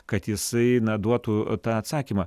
kad jisai na duotų tą atsakymą